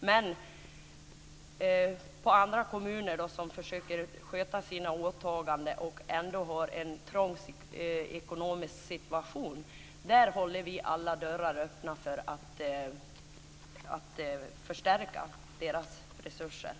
Vad gäller kommuner som försöker sköta sina åtaganden men som har en trång ekonomisk situation håller vi dock alla dörrar öppna för en resursförstärkning.